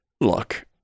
look